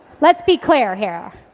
let's be clear here.